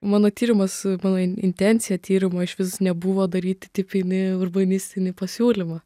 mano tyrimas mano in intencija tyrimo išvis nebuvo daryti tipinį urbanistinį pasiūlymą